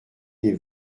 des